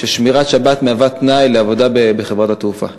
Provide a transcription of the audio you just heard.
ששמירת שבת מהווה תנאי לעבודה בחברת התעופה.